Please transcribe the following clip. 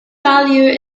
value